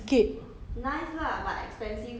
is that nice McFlurry is